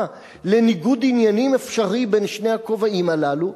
לניגוד עניינים אפשרי בין שני הכובעים הללו,